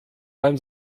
beim